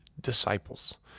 disciples